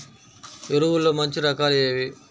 ఎరువుల్లో మంచి రకాలు ఏవి?